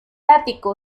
ático